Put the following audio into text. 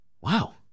Wow